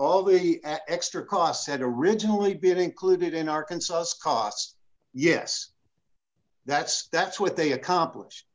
all the at extra costs had originally been included in arkansas as costs yes that's that's what they accomplished